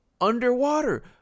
underwater